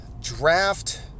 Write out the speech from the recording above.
draft